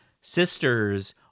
Sisters